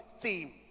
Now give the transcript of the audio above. theme